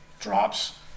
drops